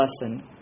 lesson